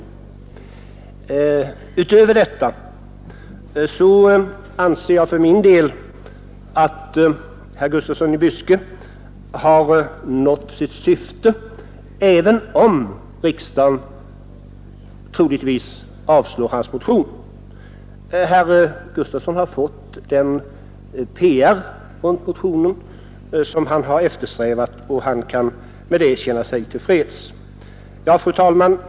Dessutom anser jag för min del att herr Gustafsson i Byske har nått sitt syfte med motionen även om riksdagen, såsom troligen blir fallet, avslår den. Herr Gustafsson har fått den PR han eftersträvat, och han kan därmed känna sig till freds. Fru talman!